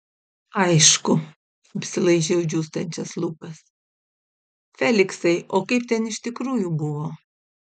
aišku apsilaižau džiūstančias lūpas feliksai o kaip ten iš tikrųjų buvo